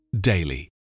daily